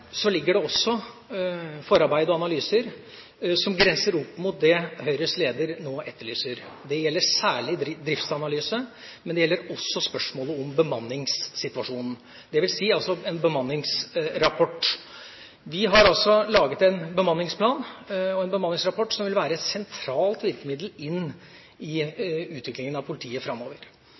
ligger det også forarbeid og analyser som grenser opp mot det Høyres leder nå etterlyser. Det gjelder særlig driftsanalyse, men det gjelder også spørsmålet om bemanningssituasjonen. Det vil si en bemanningsrapport. Vi har laget en bemanningsplan, en bemanningsrapport, som vil være et sentralt virkemiddel i utviklingen av politiet framover.